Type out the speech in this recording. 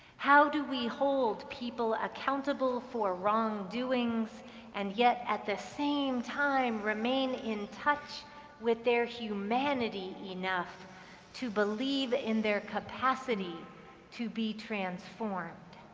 how do we hold people accountable for wrongdoing and and yet at the same time remain in touch with their humanity enough to believe in their capacity to be transformed?